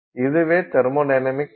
இதுவே தெர்மொடைனமிக்ஸ் ஆகும்